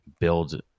build